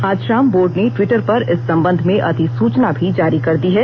आज शाम बोर्ड ने टिवटर पर इस संबंध में अधिसूचना भी जारी कर दी है